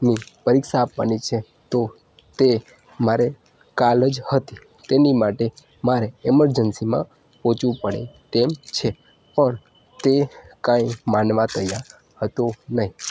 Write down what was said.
ની પરીક્ષા આપવાની છે તો તે મારે કાલે જ હતી તેની માટે મારે ઇમરજન્સીમાં પહોંચવું પડે તેમ છે પણ તે કંઈ માનવા તૈયાર હતો નહીં